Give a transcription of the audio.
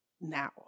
now